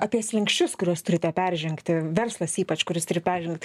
apie slenksčius kuriuos turite peržengti verslas ypač kuris turi peržengt